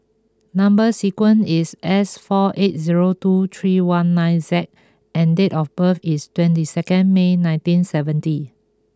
number sequence is S four eight zero two three one nine Z and date of birth is twenty second May nineteen seventy